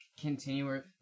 continue